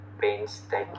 Painstaking